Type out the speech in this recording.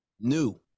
New